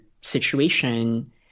situation